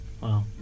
Wow